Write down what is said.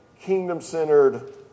kingdom-centered